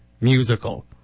Musical